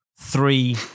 three